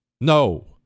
No